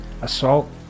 assault